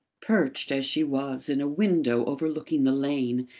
perched, as she was, in a window overlooking the lane,